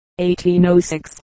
1806